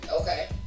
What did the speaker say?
Okay